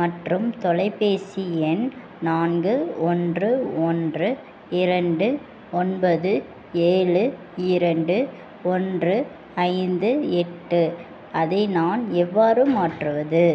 மற்றும் தொலைப்பேசி எண் நான்கு ஒன்று ஒன்று இரண்டு ஒன்பது ஏழு இரண்டு ஒன்று ஐந்து எட்டு அதை நான் எவ்வாறு மாற்றுவது